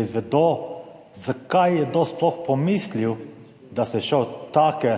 izvedo, zakaj je kdo sploh pomislil, da se je šel take